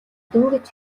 дөнгөж